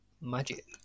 magic